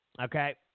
Okay